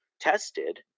tested